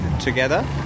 together